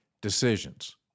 decisions